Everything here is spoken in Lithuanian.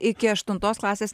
iki aštuntos klasės